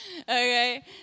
Okay